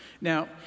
Now